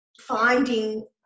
finding